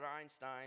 Einstein